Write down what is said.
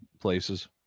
places